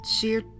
sheer